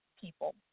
people